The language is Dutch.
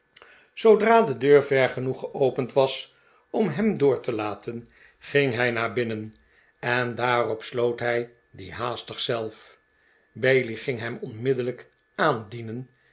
bedra de deur ver genoeg geopend was om hem door te laten ging hij naar binnen en daarop sloot hij die haastig zelf bailey ging hem onmiddellijk